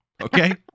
Okay